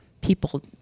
people